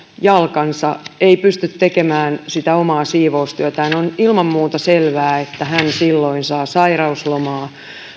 jalkansa ei pysty tekemään sitä omaa siivoustyötään on ilman muuta selvää että hän silloin saa sairauslomaa